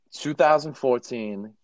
2014